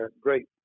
great